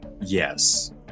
yes